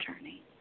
journey